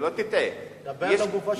שלא תטעה, דבר לגופה של אפליה.